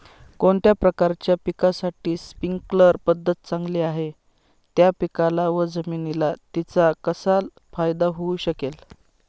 कोणत्या प्रकारच्या पिकासाठी स्प्रिंकल पद्धत चांगली आहे? त्या पिकाला व जमिनीला तिचा कसा फायदा होऊ शकेल?